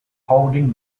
holding